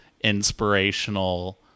inspirational